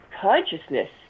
consciousness